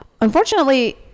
Unfortunately